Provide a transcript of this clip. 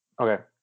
Okay